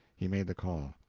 he made the call.